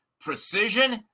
precision